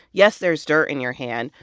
yes, there's dirt in your hand,